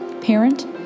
parent